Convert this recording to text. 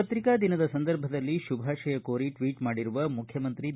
ಪತ್ರಿಕಾ ದಿನದ ಸಂಧರ್ಭದಲ್ಲಿ ಶುಭಾಶಯ ಕೋರಿ ಟ್ವೀಟ್ ಮಾಡಿರುವ ಮುಖ್ಯಮಂತ್ರಿ ಬಿ